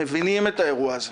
מבינים את האירוע הזה.